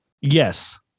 Yes